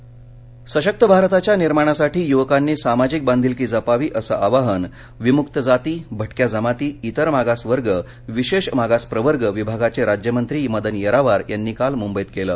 गुणवत्ता पुरस्कार सशक्त भारताच्या निर्माणासाठी युवकांनी सामाजिक बांधिलकी जपावी असं आवाहन विमुक्त जाती भटक्या जमाती इतर मागासवर्ग विशेष मागास प्रवर्ग विभागाचे राज्यमंत्री मदन येरावर यांनी काल मुंबईत केलं